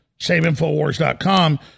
SaveInfoWars.com